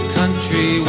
country